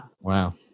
Wow